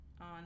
on